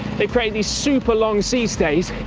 they've created these super long c-stars,